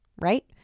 right